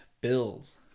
Bills